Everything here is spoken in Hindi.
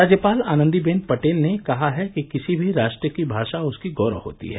राज्यपाल आनंदीबेन पटेल ने कहा है कि किसी भी राष्ट्र की भाषा उसकी गौरव होती है